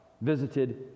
visited